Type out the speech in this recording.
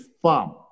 farm